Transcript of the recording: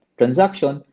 transaction